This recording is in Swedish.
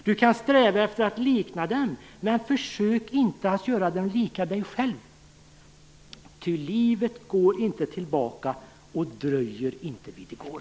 Du kan sträva efter att likna dem, men försök inte att göra dem lika dig själv, ty livet går inte tillbaka och dröjer inte vid igår.